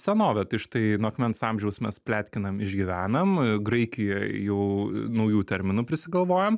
senovę tai štai nuo akmens amžiaus mes pletkinam išgyvenam graikijoj jau naujų terminų prisigalvojam